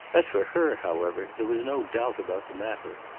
as for her, however, there was no doubt about the matter.